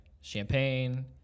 champagne